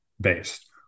based